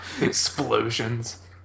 explosions